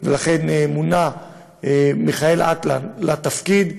ולכן מונה מיכאל אטלן לתפקיד.